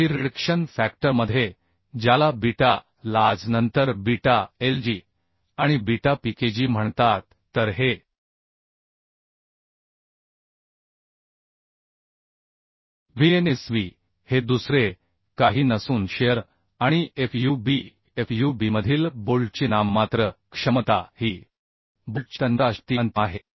काही रिडक्शन फॅक्टरमध्ये ज्याला बीटा lj नंतर बीटा lg आणि बीटा PKg म्हणतात तर हे Vnsb हे दुसरे काही नसून शिअर आणि fub मधील बोल्टची नाममात्र क्षमता ही बोल्टची तन्यता शक्ती अंतिम आहे